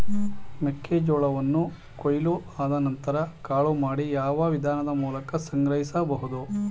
ಮೆಕ್ಕೆ ಜೋಳವನ್ನು ಕೊಯ್ಲು ಆದ ನಂತರ ಕಾಳು ಮಾಡಿ ಯಾವ ವಿಧಾನದ ಮೂಲಕ ಸಂಗ್ರಹಿಸಬಹುದು?